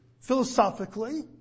philosophically